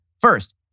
First